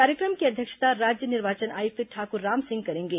कार्यक्रम की अध्यक्षता राज्य निर्वाचन आयुक्त ठाकुर रामसिंह करेंगे